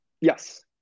Yes